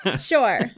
Sure